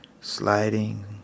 sliding